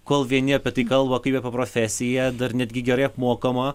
kol vieni apie tai kalba kaip profesiją dar netgi gerai apmokamą